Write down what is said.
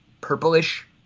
purplish